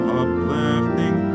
uplifting